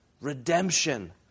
redemption